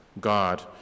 God